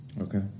Okay